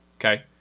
Okay